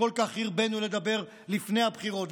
שכל כך הרבינו לדבר עליה לפני הבחירות,